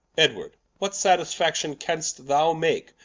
edward, what satisfaction canst thou make,